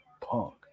Punk